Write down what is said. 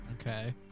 Okay